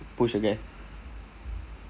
push a guy